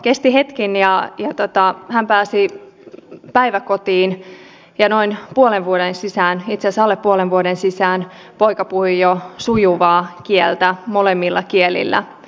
kesti hetken ja hän pääsi päiväkotiin ja noin puolen vuoden sisään itse asiassa alle puolen vuoden sisään poika puhui jo sujuvaa kieltä molemmilla kielillä